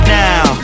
now